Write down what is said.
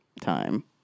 time